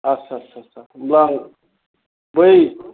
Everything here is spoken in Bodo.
आच्चा आच्चा होनब्ला आं बै